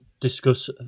discuss